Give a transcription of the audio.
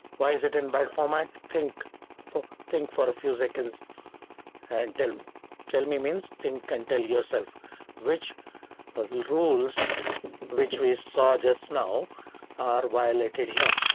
why is it in byte format? think for think for a few seconds and tell me tell me means, think and tell yourself which ah rules which we saw just now are violated here.